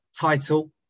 title